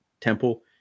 temple